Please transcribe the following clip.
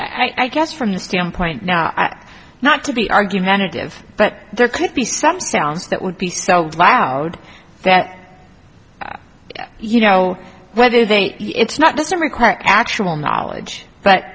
and i guess from the standpoint now not to be argumentative but there could be some sounds that would be so loud that you know whether they it's not doesn't require actual knowledge but